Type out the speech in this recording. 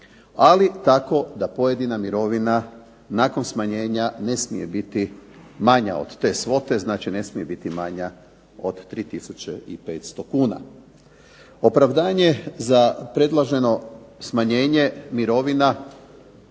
ali tako da pojedina mirovina nakon smanjenja ne smije biti manja od te svote. Znači, ne smije biti manja od 3,500 kn. Opravdanje za predloženo smanjenje mirovina